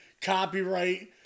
Copyright